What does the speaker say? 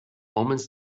omens